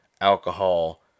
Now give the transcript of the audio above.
alcohol